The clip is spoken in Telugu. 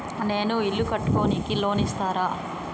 నేను ఇల్లు కట్టుకోనికి లోన్ ఇస్తరా?